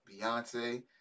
Beyonce